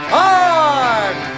time